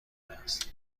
است